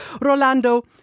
Rolando